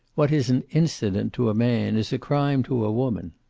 what is an incident to a man is a crime to a woman.